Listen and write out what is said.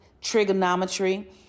trigonometry